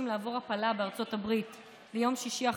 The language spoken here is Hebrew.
לעבור הפלה בארצות הברית ביום שישי האחרון,